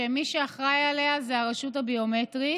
ומי שאחראי עליו זה הרשות הביומטרית.